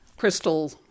Crystal